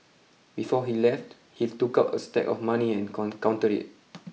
before he left he took out a stack of money and counted it